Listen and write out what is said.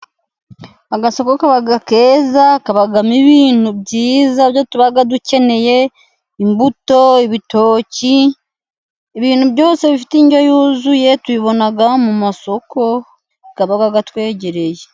Agasoko kaba keza, kabamo ibintu byiza tuba dukeneye, imbuto, ibitoki, ibintu byose bifite indyo yuzuye, tubibona mu masoko aba atwegereye.